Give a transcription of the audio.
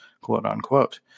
quote-unquote